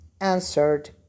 answered